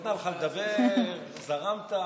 נתנה לך לדבר, זרמת.